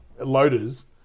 loaders